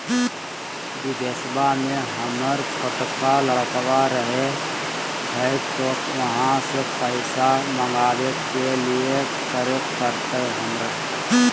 बिदेशवा में हमर छोटका लडकवा रहे हय तो वहाँ से पैसा मगाबे ले कि करे परते हमरा?